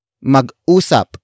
Mag-usap